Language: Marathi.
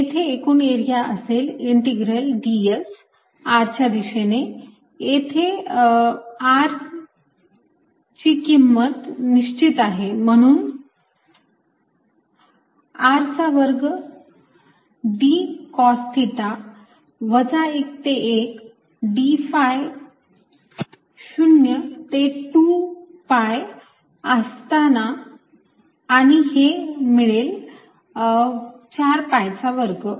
येथे एकूण एरिया असेल इंटिग्रल ds r च्या दिशेने येथे r ची किंमत निश्चित आहे म्हणून R चा वर्ग d कॉस थिटा 1 ते 1 d phi 0 ते 2pi असताना आणि हे मिळेल 4 pi चा वर्ग